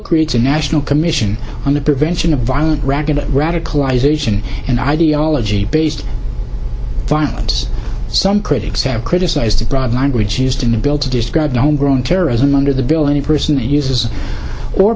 creates a national commission on the prevention of violent ragga to radicalize asian and ideology based violence some critics have criticized a broad language used in the bill to describe homegrown terrorism under the bill any person that uses or